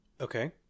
Okay